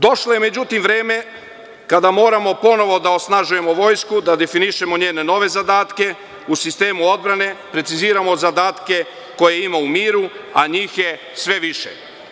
Došlo je, međutim vreme kada moramo ponovo da osnažujemo vojsku, da definišemo njene nove zadatke u sistemu odbrane, preciziramo zadatke koje ima u miru, a njih je sve više.